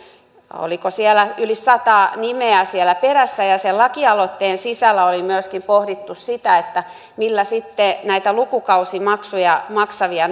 oliko siellä yli sata nimeä siellä perässä ja sen lakialoitteen sisällä oli myöskin pohdittu sitä millä näitä lukukausimaksuja maksavia